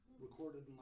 recorded